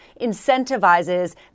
incentivizes